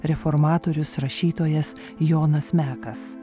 reformatorius rašytojas jonas mekas